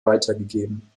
weitergegeben